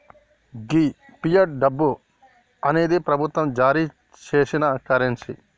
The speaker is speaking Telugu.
గీ ఫియట్ డబ్బు అనేది ప్రభుత్వం జారీ సేసిన కరెన్సీ